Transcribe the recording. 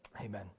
Amen